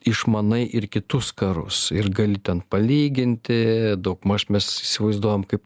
išmanai ir kitus karus ir gali ten palyginti daugmaž mes įsivaizduojam kaip